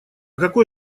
какой